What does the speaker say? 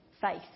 faith